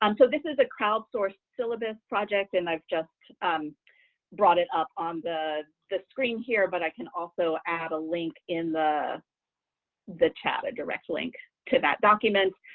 um so this is a crowd-sourced syllabus project, and i've just brought it up on the the screen here, but i can also add a link in the the chat a direct link to that document